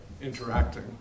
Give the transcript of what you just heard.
Interacting